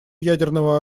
ядерного